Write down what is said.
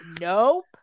nope